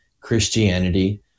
christianity